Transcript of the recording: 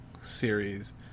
series